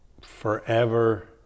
forever